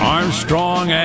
Armstrong